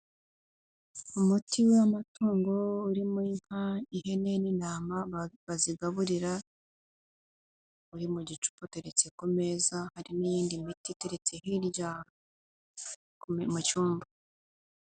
Umuti w'amatungo urimo inka, ihene n'intama bazigaburira uri mu gicupa uteretse ku meza harimo iy'indi miti iteretse hirya mu cyumba.